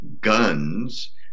guns